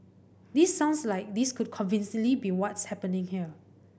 this sounds like this could convincingly be what's happening here